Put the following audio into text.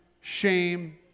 shame